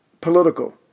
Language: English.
political